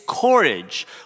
courage